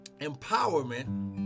empowerment